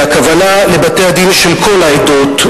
והכוונה לבתי-הדין של כל העדות,